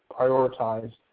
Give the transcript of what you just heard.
prioritize